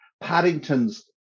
Paddington's